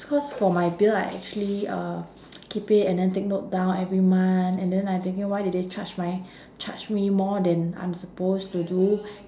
cause for my bill I actually uh keep it and then take note down every month and then I thinking why did they charge my charge me more than I am supposed to do